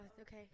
okay